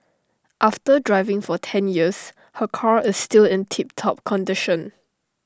after driving for ten years her car is still in tip top condition